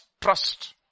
trust